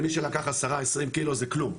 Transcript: למי שלקח עשרה עשרים קילו זה כלום,